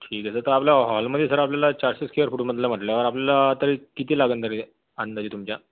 ठीक आहे सर तर आपल्या हॉलमध्ये सर आपल्याला चारशे स्केअर फूट मधलं म्हटल्यावर आपल्याला तरी किती लागंल तरी अंदाजे तुमच्या